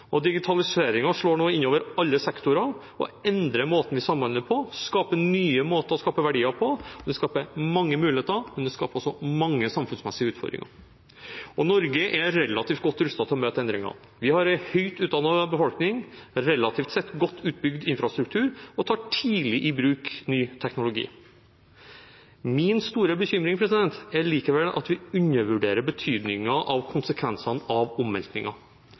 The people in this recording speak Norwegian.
slår nå inn over alle sektorer og endrer måten vi samhandler på. Det skaper nye måter å skape verdier på, og det skaper mange muligheter, men det skaper også mange samfunnsmessige utfordringer. Norge er relativt godt rustet til å møte endringene. Vi har en høyt utdannet befolkning og en relativt sett godt utbygd infrastruktur, og vi tar tidlig i bruk ny teknologi. Min store bekymring er likevel at vi undervurderer betydningen av konsekvensene av